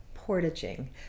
portaging